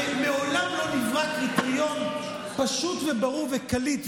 הרי מעולם לא נברא קריטריון פשוט וברור וקליט,